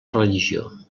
religió